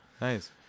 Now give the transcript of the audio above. Nice